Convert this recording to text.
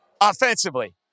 offensively